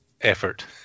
effort